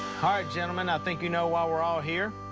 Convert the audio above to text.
gentlemen. i think you know why we're all here.